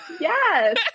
yes